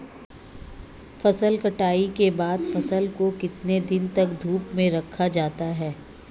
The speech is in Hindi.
फसल कटाई के बाद फ़सल को कितने दिन तक धूप में रखा जाता है?